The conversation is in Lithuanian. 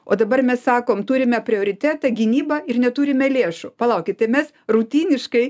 o dabar mes sakom turime prioritetą gynybą ir neturime lėšų palaukit tai mes rutiniškai